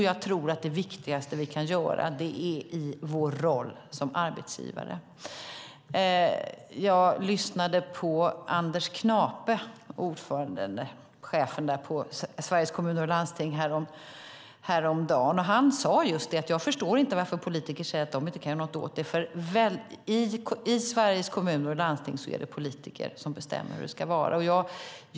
Jag tror att det viktigaste vi kan göra kan vi göra i vår roll som arbetsgivare. Jag lyssnade på Anders Knape, ordförande i Sveriges Kommuner och Landsting, häromdagen. Han sade just: Jag förstår inte varför politiker säger att de inte kan göra någonting åt det. Det är politiker som bestämmer hur det ska vara i Sveriges kommuner och landsting.